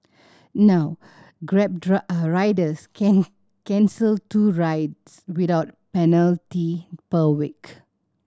now Grab riders can cancel two rides without penalty per week